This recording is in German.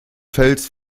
fels